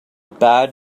bad